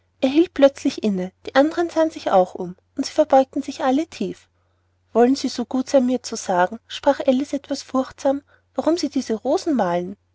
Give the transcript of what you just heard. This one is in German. hielt plötzlich inne die andern sahen sich auch um und sie verbeugten sich alle tief wollen sie so gut sein mir zu sagen sprach alice etwas furchtsam warum sie diese rosen malen